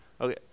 Okay